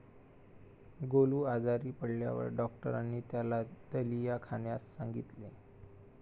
गोलू आजारी पडल्यावर डॉक्टरांनी त्याला दलिया खाण्यास सांगितले